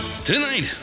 Tonight